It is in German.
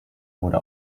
wurde